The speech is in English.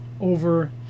over